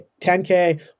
10K